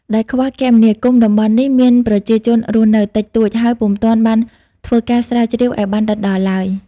ដោយខ្វះគមនាគមន៍ តំបន់នេះមានប្រជាជនរស់នៅ តិចតួច ហើយពុំទាន់បានធ្វើការស្រាវជ្រាវអោយបានដិតដល់ឡើយ ។